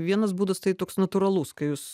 vienas būdas tai toks natūralus kai jūs